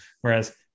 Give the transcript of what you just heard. whereas